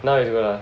now is good ah